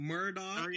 Murdoch